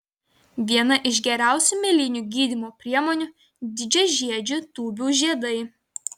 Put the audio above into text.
viena iš geriausių mėlynių gydymo priemonių didžiažiedžių tūbių žiedai